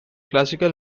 classical